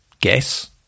guess